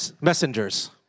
messengers